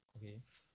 okay